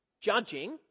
judging